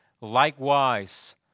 Likewise